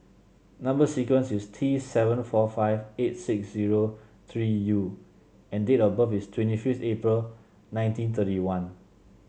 number sequence is T seven four five eight six zero three U and date of birth is twenty fifth April nineteen thirty one